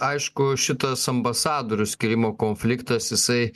aišku šitas ambasadorių skyrimo konfliktas jisai